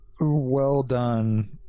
well-done